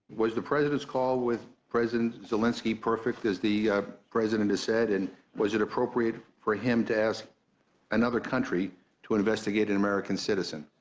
was the president's call with president zelensky perfect, as the president has said, and was it appropriate for him to ask another country to investigate an american citizen?